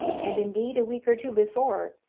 and, indeed, a week or two before,